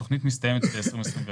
התכנית מסתיימת ב-2021.